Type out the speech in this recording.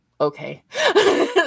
okay